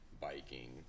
biking